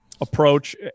approach